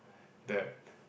that